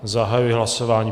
Zahajuji hlasování.